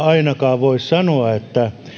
ainakaan voi sanoa että tällä kaudella